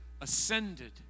ascended